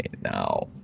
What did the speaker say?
now